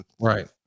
Right